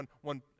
one